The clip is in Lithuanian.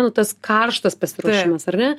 nu tas karštas pasiruošimas ar ne